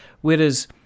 whereas